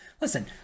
Listen